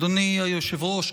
אדוני היושב-ראש,